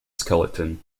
skeleton